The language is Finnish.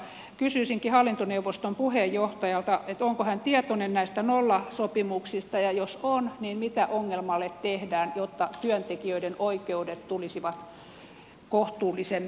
kysyisinkin hallintoneuvoston puheenjohtajalta onko hän tietoinen näistä nollasopimuksista ja jos on niin mitä ongelmalle tehdään jotta työntekijöiden oikeudet tulisivat kohtuullisemmiksi